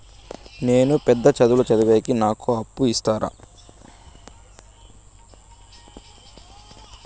నేను పెద్ద చదువులు చదివేకి నాకు అప్పు ఇస్తారా